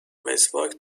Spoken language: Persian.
مسواک